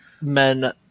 men